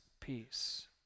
peace